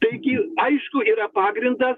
taigi aišku yra pagrindas